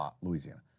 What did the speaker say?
Louisiana